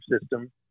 system